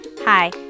Hi